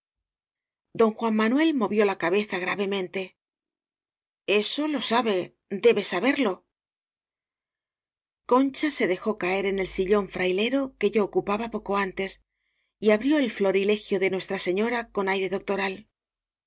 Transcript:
don juan manuel movió la cabeza grave mente eso lo sabe debe saberlo concha se dejó caer en el sillón fraile ro que yo ocupaba poco antes y abrió el florilegio de nuestra señora con aire